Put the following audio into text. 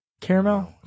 Caramel